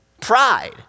pride